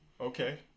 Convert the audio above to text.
okay